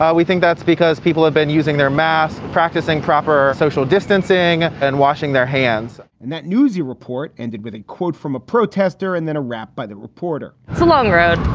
we think that's because people have been using their mask, practicing proper social distancing and washing their hands and that newsie report ended with a quote from a protester and then a rep by the reporter. it's a long road